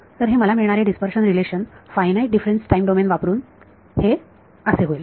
तर हे मला मिळणारे dispersion relation finite difference time domain वापरून हे असे होईल